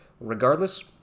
regardless